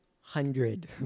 hundred